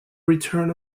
return